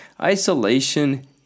Isolation